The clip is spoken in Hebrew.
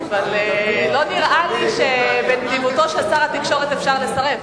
אבל לא נראה לי שבנדיבותו של שר התקשורת אפשר לסרב.